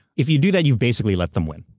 if you do that, you've basically let them win.